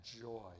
joy